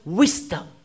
wisdom